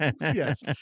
yes